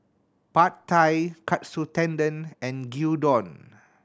Pad Thai Katsu Tendon and Gyudon